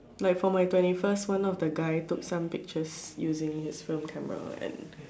like for my twenty first one of the guy took some pictures using his film camera and